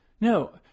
No